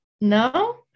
No